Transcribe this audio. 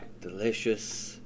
Delicious